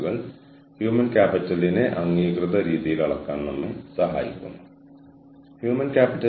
സുസ്ഥിരതയുടെ പദാർത്ഥ വ്യാഖ്യാനങ്ങളുടെ സാമൂഹിക ഫലങ്ങൾ എച്ച്ആർ കുടുംബങ്ങൾ സ്കൂളുകൾ എന്നിവയുടെ വിഭവങ്ങളുടെ പ്രവർത്തനക്ഷമതയാണ്